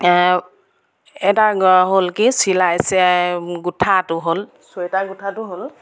এটা হ'ল কি চিলাই গোঁঠাটো হ'ল চুৱেটাৰ গোঁঠাটো হ'ল